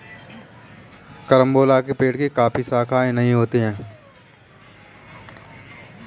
carambola के पेड़ की काफी शाखाएं होती है